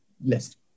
list